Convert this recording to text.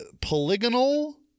polygonal